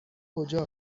کجا